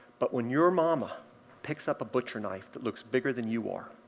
but when your mama picks up a butcher knife that looks bigger than you are,